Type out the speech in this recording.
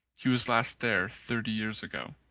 he was last there thirty years ago.